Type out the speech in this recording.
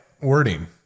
wording